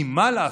כי מה לעשות,